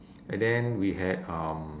and then we had um